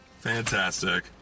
Fantastic